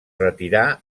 retirà